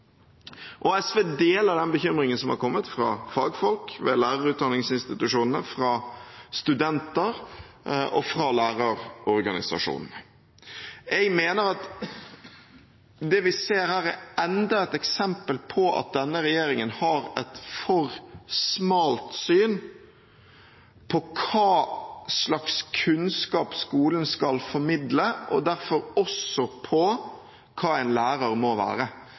SV deler den bekymringen som har kommet fra fagfolk ved lærerutdanningsinstitusjonene, fra studenter og fra lærerorganisasjonene. Jeg mener at det vi ser her, er enda et eksempel på at denne regjeringen har et for smalt syn på hva slags kunnskap skolen skal formidle, og derfor også på hva en lærer må være,